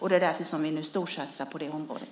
Det är därför som vi nu storsatsar på det området.